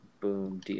boom